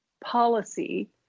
Policy